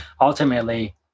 ultimately